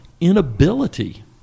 inability